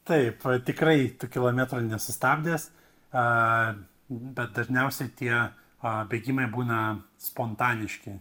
taip tikrai tų kilometrų nesustabdęs a bet dažniausiai tie a bėgimai būna spontaniški